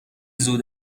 زود